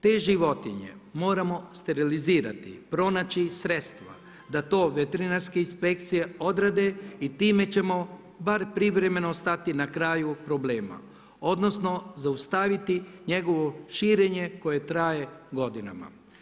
Te životinje moramo sterilizirati, pronaći sredstva da to veterinarske inspekcije odrade i time ćemo bar privremeno stati na kraju problema, odnosno zaustaviti njegovo širenje koje traje godinama.